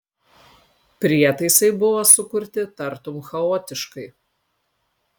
prietaisai buvo sukurti tartum chaotiškai